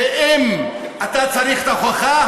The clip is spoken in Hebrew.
ואם אתה צריך את ההוכחה,